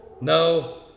No